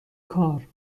کار